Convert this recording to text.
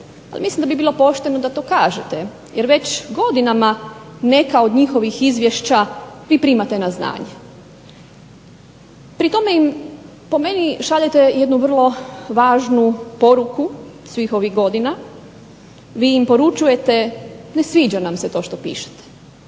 mislim da bi bilo pošteno da to kažete, jer već godinama neka od njihovih izvješća vi primate na znanje. Pri tome im po meni šaljete jednu vrlo važnu poruku svih ovih godina. Vi im poručujete ne sviđa nam se to što pišete,